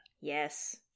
yes